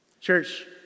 church